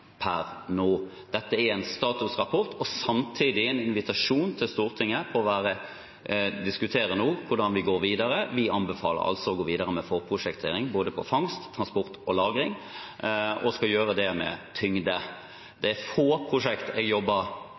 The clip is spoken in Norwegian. per nå. Dette er en statusrapport og samtidig en invitasjon til Stortinget til å diskutere nå hvordan vi går videre. Vi anbefaler altså å gå videre med forprosjektering på både fangst, transport og lagring og skal gjøre det med tyngde. Det er få prosjekt jeg jobber